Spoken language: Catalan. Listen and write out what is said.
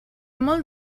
molt